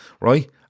right